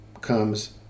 comes